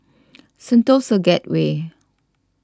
Sentosa Gateway